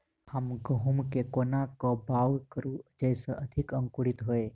हम गहूम केँ कोना कऽ बाउग करू जयस अधिक अंकुरित होइ?